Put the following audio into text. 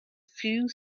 few